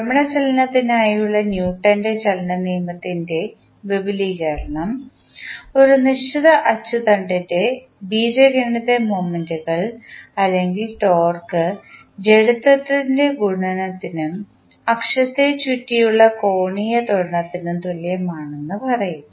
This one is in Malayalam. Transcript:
ഭ്രമണ ചലനത്തിനായുള്ള ന്യൂട്ടൻറെ ചലനനിയമത്തിൻറെ വിപുലീകരണം ഒരു നിശ്ചിത അച്ചുതണ്ടിൻറെ ബീജഗണിത മൊമെന്റുകൾ അല്ലെങ്കിൽ ടോർക്ക് ജഡത്വത്തിൻറെ ഗുണനത്തിനും അക്ഷത്തെക്കുറിച്ചുള്ള കോണീയ ത്വരണത്തിനും തുല്യമാണെന്ന് പറയുന്നു